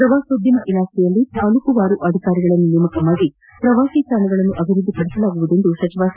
ಪ್ರವಾಸದ್ಯೋಮ ಇಲಾಖೆಯಲ್ಲಿ ತಾಲ್ಲೂಕುವಾರು ಅಧಿಕಾರಿಗಳನ್ನು ನೇಮಿಸಿ ಪ್ರವಾಸಿ ತಾಣಗಳನ್ನು ಅಭಿವ್ಯದ್ದಿಪಡಿಸಲಾಗುವುದು ಎಂದು ಸಚಿವ ಸಾ